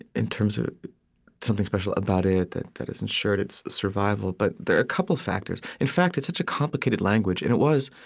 in terms of something special about it that that has ensured its survival, but there are a couple factors. in fact, it's such a complicated language and it was,